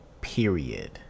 period